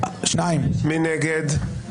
מי נגד?